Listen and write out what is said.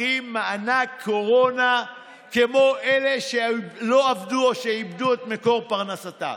צריכים מענק קורונה כמו אלה שלא עבדו או שאיבדו את מקור פרנסה?